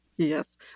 Yes